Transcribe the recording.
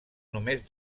només